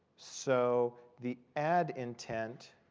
so the add intent